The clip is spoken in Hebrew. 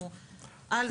אנחנו על זה.